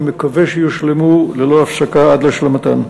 אני מקווה שיושלמו ללא הפסקה עד להשלמתן.